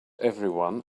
everyone